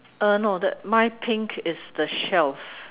uh no the mine pink is the shelf